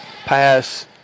pass